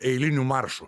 eilinių maršu